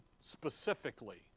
specifically